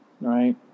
right